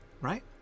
Right